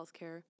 Healthcare